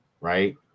right